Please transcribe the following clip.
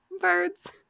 Birds